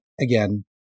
Again